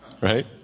right